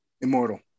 Immortal